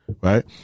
Right